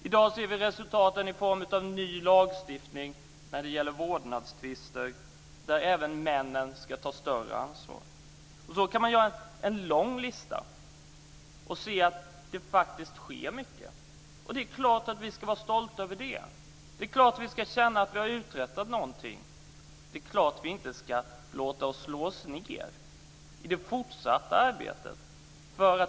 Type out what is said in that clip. I dag ser vi resultaten i form av en ny lagstiftning när det gäller vårdnadstvister, där även männen ska ta större ansvar. Man kan göra en lång lista och se att det faktiskt sker mycket. Det är klart att vi ska vara stolta över det. Det är klart att vi ska känna att vi har uträttat någonting. Det är klart att vi inte ska låta oss slås ned i det fortsatta arbetet.